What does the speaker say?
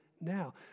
now